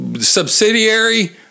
subsidiary